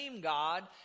God